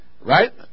right